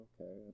okay